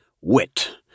wit